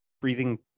breathing